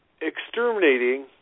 exterminating